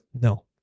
No